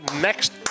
next